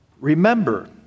remember